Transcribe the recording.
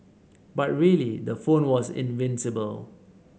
but really the phone was invincible